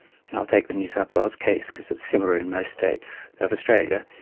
and i'll take the new south wales case because it's similar in most states of australia.